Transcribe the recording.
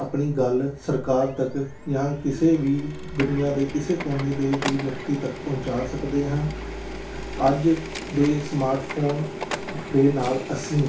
ਆਪਣੀ ਗੱਲ ਸਰਕਾਰ ਤੱਕ ਜਾਂ ਕਿਸੇ ਵੀ ਦੁਨੀਆ ਦੇ ਕਿਸੇ ਕੋਨੇ ਦੇ ਵੀ ਵਿਅਕਤੀ ਤੱਕ ਪਹੁੰਚਾ ਸਕਦੇ ਹਾਂ ਅੱਜ ਦੇ ਸਮਾਰਟ ਫੋਨ ਦੇ ਨਾਲ ਅਸੀਂ